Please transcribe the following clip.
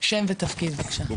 שם ותפקיד בבקשה.